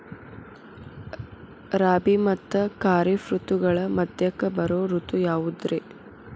ರಾಬಿ ಮತ್ತ ಖಾರಿಫ್ ಋತುಗಳ ಮಧ್ಯಕ್ಕ ಬರೋ ಋತು ಯಾವುದ್ರೇ?